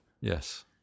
Yes